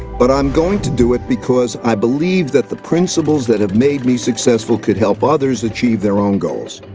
but i'm going to do it, because i believe that the principles that have made me successful could help others achieve their own goals.